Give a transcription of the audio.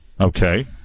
Okay